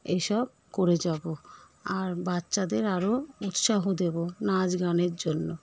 এই সব করে যাবো আর বাচ্চাদের আরও উৎসাহ দেবো নাচ গানের জন্য